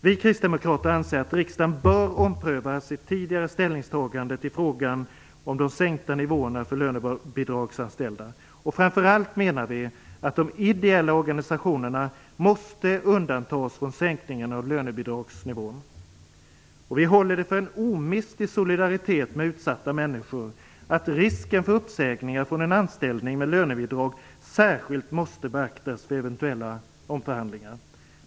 Vi kristdemokrater anser att riksdagen bör ompröva sitt tidigare ställningstagande i fråga om de sänkta nivåerna för lönebidragsanställda. Framför allt menar vi att de ideella organisationerna måste undantas från sänkningen av lönebidragsnivåerna. Vi håller det för en omistlig solidaritet med utsatta människor att risken för uppsägningar från en anställning med lönebidrag särskilt måste beaktas vid eventuella omförhandlingar.